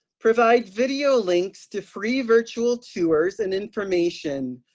provide video links to free virtual tours and information,